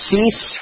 Cease